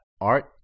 Art